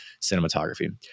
cinematography